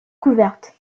couverte